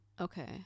okay